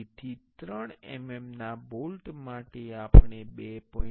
તેથી 3 mm ના bolt માટે આપણે 2